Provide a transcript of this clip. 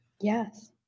Yes